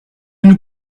nous